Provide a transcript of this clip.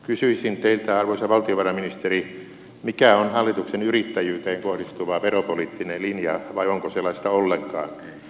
kysyisin teiltä arvoisa valtiovarainministeri mikä on hallituksen yrittäjyyteen kohdistuva veropoliittinen linja vai onko sellaista ollenkaan